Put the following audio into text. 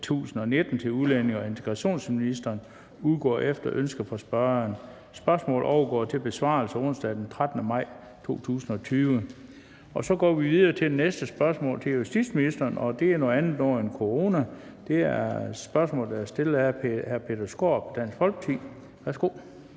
1019, til udlændinge- og integrationsministeren udgår efter ønske fra spørgeren. Spørgsmålet overgår til besvarelse onsdag den 13. maj 2020. Så går vi videre til det næste spørgsmål til justitsministeren, og det handler om noget andet end corona. Spørgsmålet er stillet af hr. Peter Skaarup, Dansk Folkeparti. Kl.